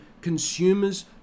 consumers